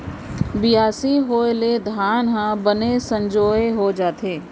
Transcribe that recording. बियासी होय ले धान ह बने संजोए हो जाथे